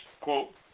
quote